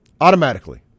Automatically